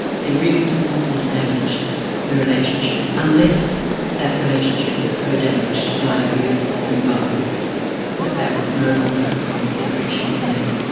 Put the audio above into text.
they really did not want to damage the relationship unless that relationship was so damaged by abuse and violence that that was no longer a consideration for them.